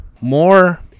more